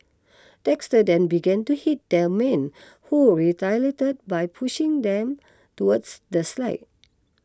Dexter then began to hit the man who retaliated by pushing them towards the slide